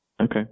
Okay